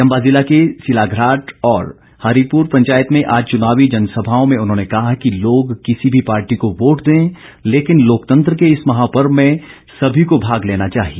चंबा जिला के सिल्लाघ्राट और हरिपुर पंचायत में आज चुनावी जनसभाओं में उन्होंने कहा कि लोग किसी भी पार्टी को वोट दें लेकिन लोकतंत्र के इस महापर्व में सभी को भाग लेना चाहिए